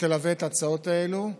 שתלווה את ההצעות האלו.